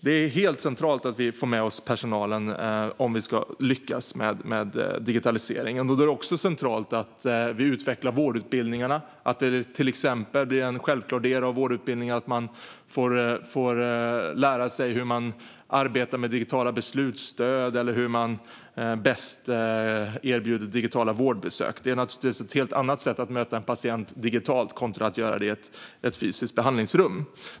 Det är helt centralt att vi får med oss personalen om vi ska lyckas med digitaliseringen, och då är det också centralt att vi utvecklar vårdutbildningarna så att det till exempel blir en självklar del av vårdutbildningen att få lära sig hur man arbetar med digitala beslutsstöd och hur man bäst erbjuder digitala vårdbesök. Det är givetvis något helt annat att möta en patient digitalt än i ett fysiskt behandlingsrum.